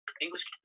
English